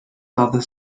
other